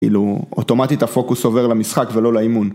כאילו, אוטומטית הפוקוס עובר למשחק ולא לאימון.